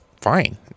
fine